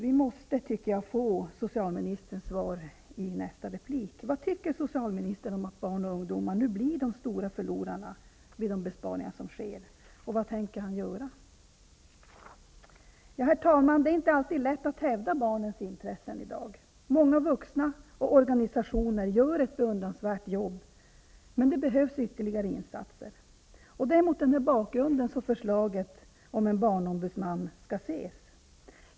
Vi måste få socialministerns svar i nästa replik. Vad tycker socialministern om att barn och ungdomar nu blir de stora förlorarna vid de besparingar som sker, och vad tänker han göra? Herr talman! Det är inte alltid lätt att hävda barnens intressen i dag. Många vuxna och organisationer gör ett beundransvärt jobb. Men det behövs ytterligare insatser. Det är mot denna bakgrund som förslaget om en barnombudsman skall ses.